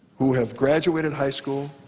who have graduated high school,